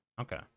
Okay